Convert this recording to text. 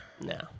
no